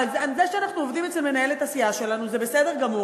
אבל זה שאנחנו עובדים אצל מנהלת הסיעה שלנו זה בסדר גמור,